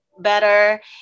better